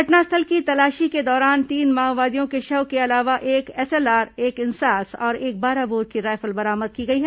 घटनास्थल की तलाशी के दौरान तीन माओवादियों के शव के अलावा एक एसएलआर एक इंसास तथा एक बारह बोर की रायफल बरामद की गई है